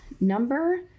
number